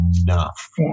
enough